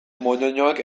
moñoñoak